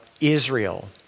Israel